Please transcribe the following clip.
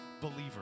believer